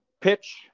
pitch